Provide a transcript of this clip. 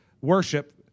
worship